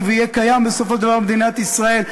ויהיה קיים בסופו של דבר במדינת ישראל,